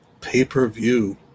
Pay-per-view